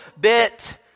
bit